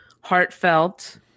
heartfelt